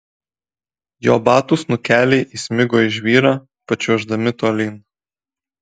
jo batų snukeliai įsmigo į žvyrą pačiuoždami tolyn